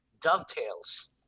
dovetails